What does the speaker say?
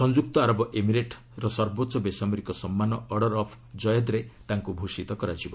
ସଂଯ୍ରକ୍ତ ଆରବ ଏମିରେଟ୍ର ସର୍ବୋଚ୍ଚ ବେସାମରିକ ସମ୍ମାନ 'ଅର୍ଡର ଅଫ୍ ଜୟେଦ୍'ରେ ତାଙ୍କୁ ଭୂଷିତ କରାଯିବ